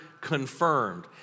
confirmed